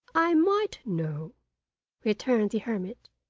i might know returned the hermit,